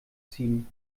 ziehen